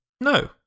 No